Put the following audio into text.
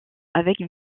avec